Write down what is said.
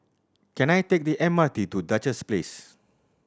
can I take the M R T to Duchess Place